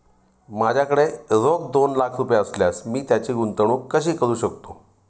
माझ्याकडे रोख दोन लाख असल्यास मी त्याची गुंतवणूक कशी करू शकतो?